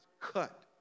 cut